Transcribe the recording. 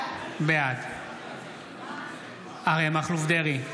בעד אריה מכלוף דרעי,